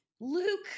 Luke